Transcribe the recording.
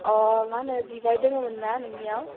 अ मा होनो बिबार दोङोमोनना नोंनियाव